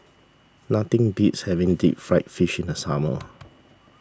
nothing beats having Deep Fried Fish in the summer